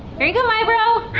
here you go, mibro.